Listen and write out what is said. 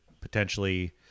potentially